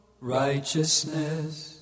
righteousness